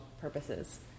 purposes